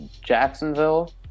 Jacksonville